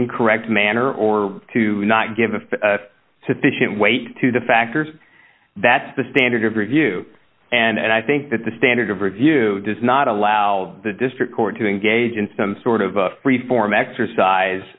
incorrect manner or to not give a sufficient weight to the factors that's the standard of review and i think that the standard of review does not allow the district court to engage in some sort of a freeform exercise